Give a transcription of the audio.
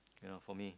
you know for me